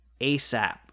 ASAP